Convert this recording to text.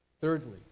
Thirdly